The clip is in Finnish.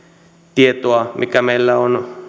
tietoa mikä meillä on